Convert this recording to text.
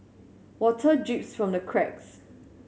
water drips from the cracks